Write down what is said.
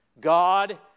God